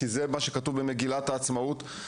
כי זה מה שכתוב במגילת העצמאות.